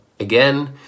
Again